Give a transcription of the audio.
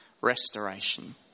restoration